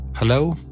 Hello